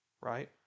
right